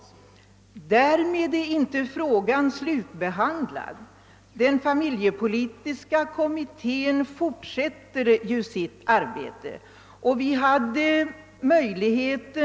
Därmed är emellertid inte frågan om en sådan reform slutbehandlad. Den familjepolitiska kommittén fortsätter ju sitt arbete.